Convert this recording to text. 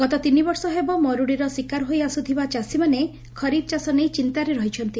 ଗତ ତିନିବର୍ଷ ହେବ ମର୍ତ୍ତିର ଶିକାର ହୋଇ ଆସୁଥିବା ଚାଷୀମାନେ ଖରିଫ୍ ଚାଷ ନେଇ ଚିନ୍ତାରେ ରହିଛନ୍ତି